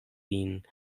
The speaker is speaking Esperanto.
vin